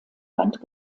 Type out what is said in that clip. land